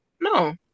No